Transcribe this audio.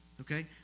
okay